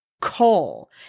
call